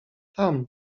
tam